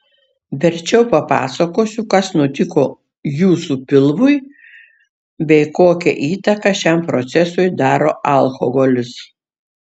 verčiau papasakosiu kas nutiko jūsų pilvui bei kokią įtaką šiam procesui daro alkoholis